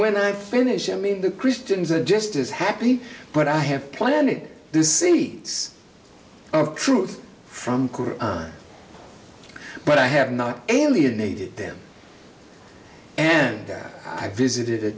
when i finish i mean the christians are just as happy but i have planted the seeds of truth from but i have not alienated them and that i visited a